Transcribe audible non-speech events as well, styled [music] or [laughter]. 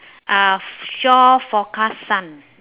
uh [noise] shore forecast sun